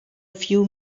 few